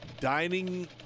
dining